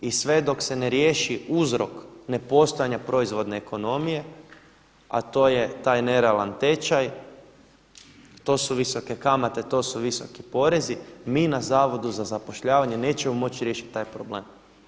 I sve dok se ne riješi uzrok nepostojanja proizvodne ekonomije a to je taj nerealan tečaj, to su visoke kamate, to su visoki porezi, mi na Zavodu za zapošljavanje nećemo moći riješiti taj problem.